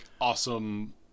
awesome